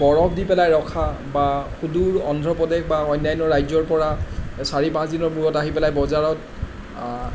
বৰফ দি পেলাই ৰখা বা সুদূৰ অন্ধ্ৰপ্ৰদেশ বা অন্যান্য ৰাজ্যৰপৰা চাৰি পাঁচদিনৰ মূৰত আহি পেলাই বজাৰত